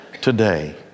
today